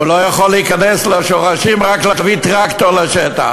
והוא לא יכול להיכנס לשורשים אלא רק להביא טרקטור לשטח.